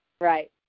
Right